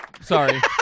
Sorry